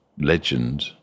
legend